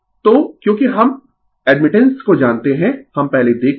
तो क्योंकि हम एडमिटेंस को जानते है हम पहले देख चुके है